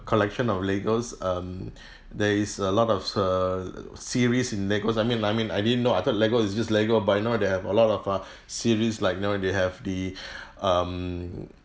collection of legos um there is a lot of err series in legos I mean I mean I didn't know I thought lego is just lego but you know they have a lot of uh series like you know they have the um